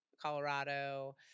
Colorado